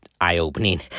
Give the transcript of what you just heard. eye-opening